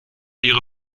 ihre